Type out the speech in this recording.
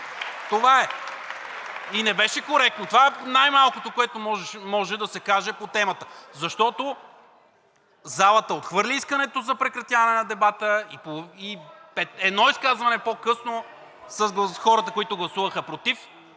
И не беше коректно. Това е най малкото, което може да се каже по темата, защото залата отхвърли искането за прекратяване на дебата и едно изказване по късно с хората, които гласуваха против,